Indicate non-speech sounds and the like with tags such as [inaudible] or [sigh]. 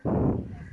[breath]